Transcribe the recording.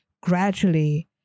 gradually